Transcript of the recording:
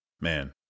man